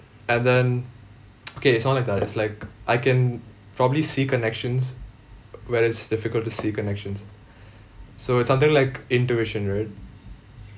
and then okay it's not like that it's like I can probably see connections where it's difficult to see connections so it's something like intuition right